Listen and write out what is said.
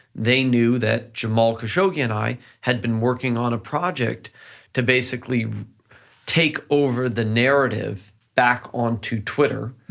they knew that jamal khashoggi and i, had been working on a project to basically take over the narrative back on to twitter.